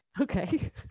Okay